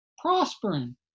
prospering